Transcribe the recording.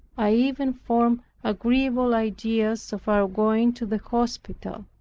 i even formed agreeable ideas of our going to the hospital.